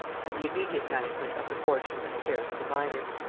had the immediate management of the fortune and affairs of the minor.